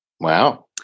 Wow